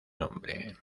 nombre